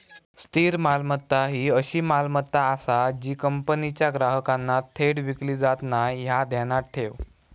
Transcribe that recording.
स्थिर मालमत्ता ही अशी मालमत्ता आसा जी कंपनीच्या ग्राहकांना थेट विकली जात नाय, ह्या ध्यानात ठेव